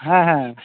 ᱦᱮᱸ ᱦᱮᱸ